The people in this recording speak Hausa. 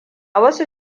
wasu